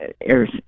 air